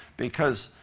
because,